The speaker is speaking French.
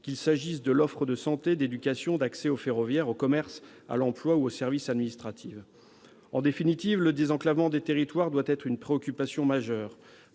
qu'il s'agisse de l'offre de santé, d'éducation, d'accès au ferroviaire, au commerce, à l'emploi ou aux services administratifs. En définitive, le désenclavement des territoires doit être une préoccupation majeure,